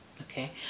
Okay